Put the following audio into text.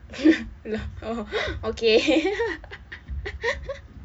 oh okay